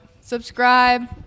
Subscribe